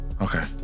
Okay